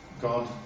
God